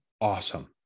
awesome